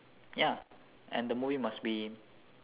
ya and the movie must be